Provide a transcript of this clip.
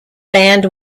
band